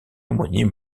aumônier